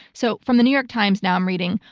so from the new york times now i'm reading,